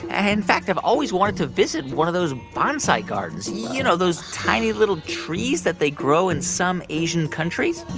ah in fact, i've always wanted to visit one of those bonsai gardens you know, those tiny little trees that they grow in some asian countries?